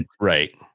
right